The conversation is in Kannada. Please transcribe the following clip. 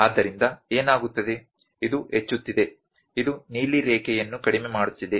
ಆದ್ದರಿಂದ ಏನಾಗುತ್ತದೆ ಇದು ಹೆಚ್ಚುತ್ತಿದೆ ಇದು ನೀಲಿ ರೇಖೆಯನ್ನು ಕಡಿಮೆ ಮಾಡುತ್ತಿದೆ